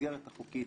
במסגרת החוקית,